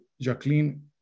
Jacqueline